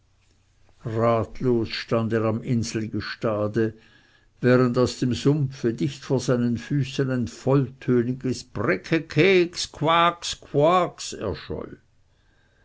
ratlos stand er am inselgestade während aus dem sumpfe dicht vor seinen füßen ein volltöniges brekekex koax koax erscholl